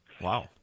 Wow